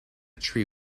tree